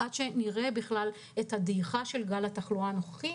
עד שנראה את הדעיכה של גל התחלואה הנוכחי.